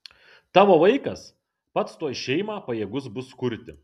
tavo vaikas pats tuoj šeimą pajėgus bus kurti